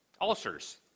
ulcers